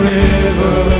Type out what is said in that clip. river